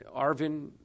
Arvin